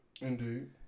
indeed